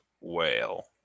whale